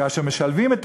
כאשר משלבים,